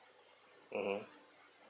mmhmm